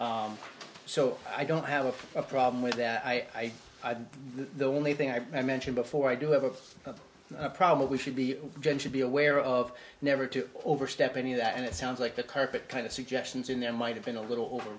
state so i don't have a problem with that i the only thing i mentioned before i do have a problem we should be should be aware of never to overstep any of that and it sounds like the carpet kind of suggestions in there might have been a little over